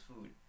food